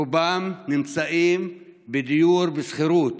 רובם נמצאים בדיור בשכירות,